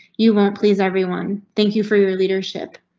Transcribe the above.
you won't please everyone. thank you for your leadership.